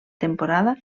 temporada